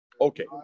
okay